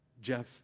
Jeff